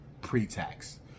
pre-tax